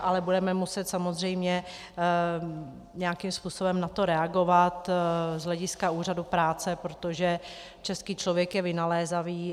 Ale budeme muset samozřejmě nějakým způsobem na to reagovat z hlediska úřadu práce, protože český člověk je vynalézavý.